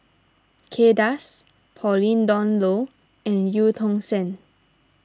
Kay Das Pauline Dawn Loh and Eu Tong Sen